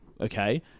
Okay